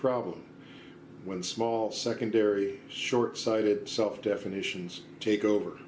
problem when small secondary short sighted self definitions take over